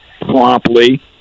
promptly